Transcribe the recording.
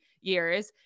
years